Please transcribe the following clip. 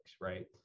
right